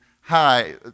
hi